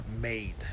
made